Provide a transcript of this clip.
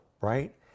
right